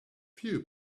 few